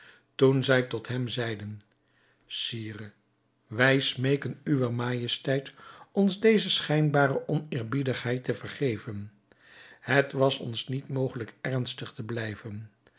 toen zij tot hem zeiden sire wij smeeken uwer majesteit ons deze schijnbare oneerbiedigheid te vergeven het was ons niet mogelijk ernstig te blijven